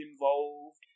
involved